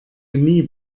genie